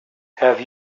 have